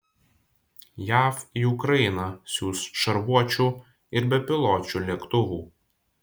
jav į ukrainą siųs šarvuočių ir bepiločių lėktuvų